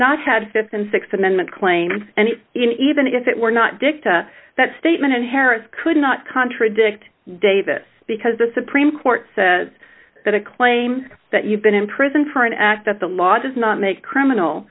not had a th and th amendment claim and even if it were not dicta that statement in harris could not contradict davis because the supreme court says that a claim that you've been in prison for an act that the law does not make criminal